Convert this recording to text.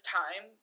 time